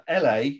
LA